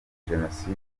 jenoside